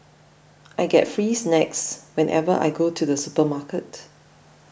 I get free snacks whenever I go to the supermarket